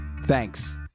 Thanks